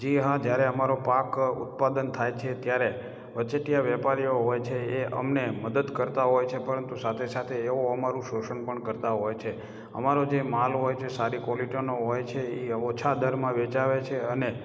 જી હા જ્યારે અમારો પાક ઉત્પાદન થાય છે ત્યારે વચેટીયા વેપારીઓ હોય છે એ અમને મદદ કરતા હોય છે પરંતુ સાથે સાથે તેઓ અમારું શોષણ પણ કરતા હોય છે અમારો જે માલ હોય છે સારી કવૉલિટીનો હોય છે એ ઓછા દરમાં વેચાવે છે અને